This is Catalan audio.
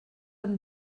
amb